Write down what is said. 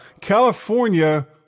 California